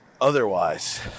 Otherwise